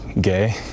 gay